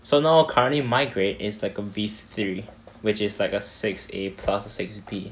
so now currently my grade is like a V three which is like a six A plus six B